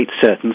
certain